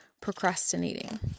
procrastinating